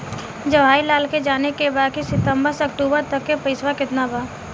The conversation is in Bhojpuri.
जवाहिर लाल के जाने के बा की सितंबर से अक्टूबर तक के पेसवा कितना बा?